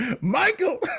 Michael